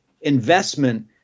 investment